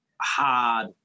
hard